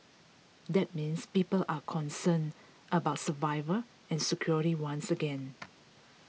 that means people are concerned about survival and security once again